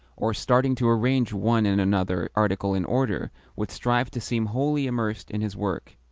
or starting to arrange one and another article in order, would strive to seem wholly immersed in his work.